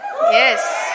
Yes